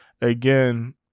Again